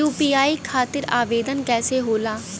UPI खातिर आवेदन कैसे होला?